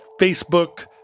Facebook